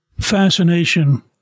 fascination